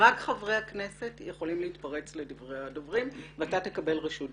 רק חברי הכנסת יכולים להתפרץ לדברי הדוברים ואתה תקבל רשות דיבור,